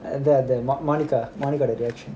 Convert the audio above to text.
and the the monica monica that reaction